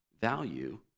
value